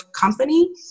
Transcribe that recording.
company